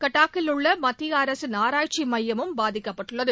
கட்டாக்கில் உள்ள மத்திய அரிசின் ஆராய்ச்சி மையமும் பாதிக்கப்பட்டுள்ளது